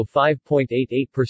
5.88%